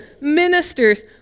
ministers